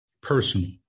Personal